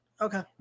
Okay